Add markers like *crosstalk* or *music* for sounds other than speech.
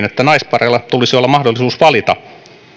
*unintelligible* että naispareilla tulisi olla mahdollisuus valita